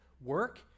work